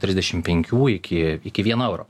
trisdešim penkių iki iki vieno euro